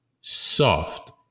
soft